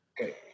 Okay